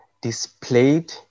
displayed